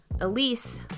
Elise